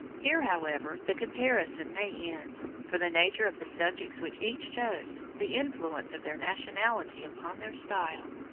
here, however, the comparison may end for the nature of the subjects which each chose, the influence of their nationality upon their style,